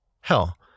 Hell